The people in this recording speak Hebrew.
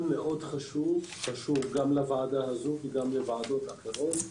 חשוב גם לוועדה הזו וגם לוועדות אחרות.